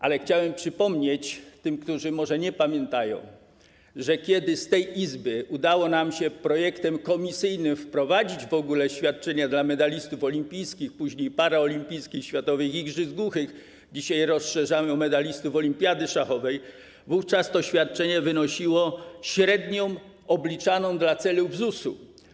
Ale chciałem przypomnieć tym, którzy może nie pamiętają, że kiedy z tej Izby udało nam się projektem komisyjnym wprowadzić świadczenia dla medalistów olimpijskich, a później paraolimpijskich, światowych igrzysk głuchych - dzisiaj rozszerzamy je dla medalistów olimpiady szachowej - wówczas to świadczenie wynosiło średnią obliczaną do celów ZUS-u.